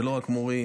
זה לא רק מורים,